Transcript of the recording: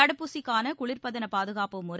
தடுப்பூசிகளுக்கான குளிர்பதன பாதுகாப்பு முறை